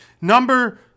Number